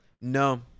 No